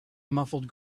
muffled